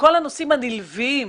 שכל הנושאים הנלווים